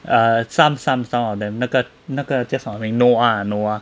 err some some some of them 那个那个叫什么名 noah ah noah